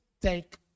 take